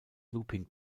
looping